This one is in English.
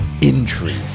Intrigue